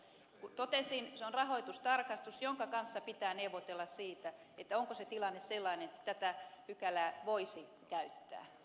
totesin että se on rahoitustarkastus jonka kanssa pitää neuvotella siitä onko se tilanne sellainen että tätä pykälää voisi käyttää